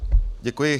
Děkuji.